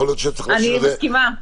אני מסכימה.